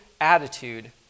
attitude